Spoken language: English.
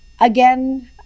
again